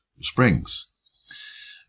springs